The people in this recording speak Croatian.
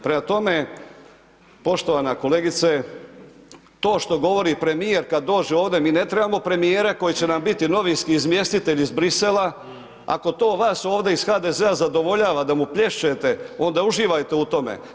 Prema tome, poštovana kolegice, to što govori premjer kada dođe ovdje, mi ne trebamo premjera koji će nam biti novinski izvjestitelj iz Bruxellesa ako to vas ovdje iz HDZ-a zadovoljava da mu plješćete onda uživajte u tome.